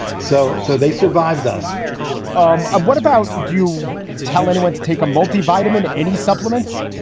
so. so they survived us um um what about do you tell anyone to take a multivitamin? any supplements?